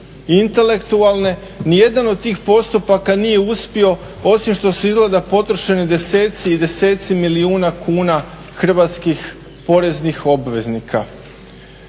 intelektualne. Nijedan od tih postupaka nije uspio, osim što su izgleda potrošeni deseci i deseci milijuna kuna hrvatskih poreznih obveznika.